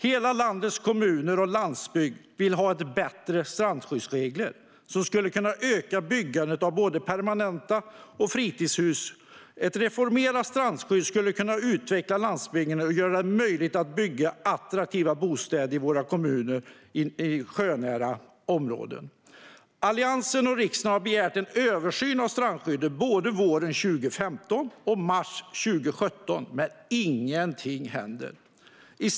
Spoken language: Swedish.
Hela landets kommuner och landsbygd vill ha bättre strandsskyddsregler som skulle kunna öka byggandet av både permanenta hus och fritidshus. Ett reformerat strandskydd skulle kunna utveckla landsbygden och göra det möjligt att bygga attraktiva bostäder i sjönära områden i våra kommuner. Alliansen och riksdagen har begärt en översyn av strandskyddet, både våren 2015 och mars 2017, men ingenting händer.